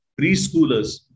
Preschoolers